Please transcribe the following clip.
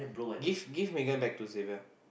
give give Megan back to Xavier